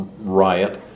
riot